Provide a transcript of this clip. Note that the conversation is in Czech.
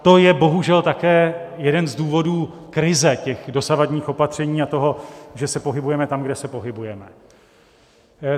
To je bohužel také jeden z důvodů krize dosavadních opatření a toho, že se pohybujeme tam, kde se pohybujeme.